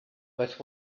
but